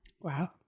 Wow